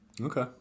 Okay